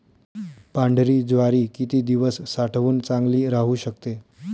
पांढरी ज्वारी किती दिवस साठवून चांगली राहू शकते?